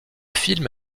film